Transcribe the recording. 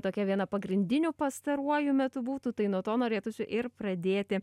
tokia viena pagrindinių pastaruoju metu būtų tai nuo to norėtųsi ir pradėti